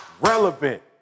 relevant